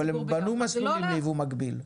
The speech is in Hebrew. אבל הם בנו מסלולים ליבוא מקביל.